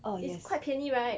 it's quite 便宜 right